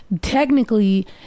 technically